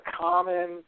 common